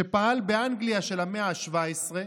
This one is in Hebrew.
שפעל באנגליה של המאה ה-17,